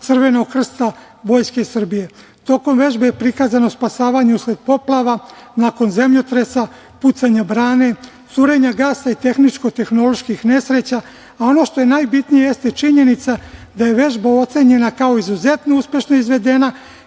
Crvenog krsta, Vojske Srbije. Tokom vežbe prikazano spasavanje usled poplava, nakon zemljotresa, pucanje brane, curenja gasa i tehničko-tehnoloških nesreća, a ono što je najbitnije jeste činjenica da je vežba ocenjena kao izuzetno uspešno izvedena,